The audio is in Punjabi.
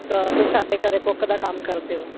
ਤ ਤੁਸੀਂ ਸਾਡੇ ਘਰ ਕੁੱਕ ਦਾ ਕੰਮ ਕਰਦੇ ਹੋ